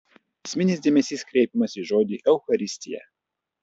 esminis dėmesys kreipiamas į žodį eucharistija